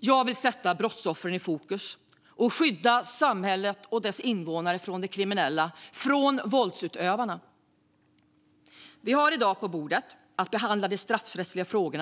Jag vill sätta brottsoffren i fokus och skydda samhället och dess invånare från de kriminella och våldsutövarna. Riksdagen har i dag att behandla de straffrättsliga frågorna.